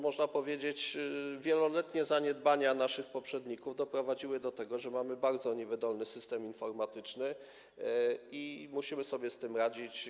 Można więc powiedzieć, że wieloletnie zaniedbania naszych poprzedników doprowadziły do tego, że mamy bardzo niewydolny system informatyczny i musimy sobie z tym radzić.